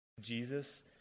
Jesus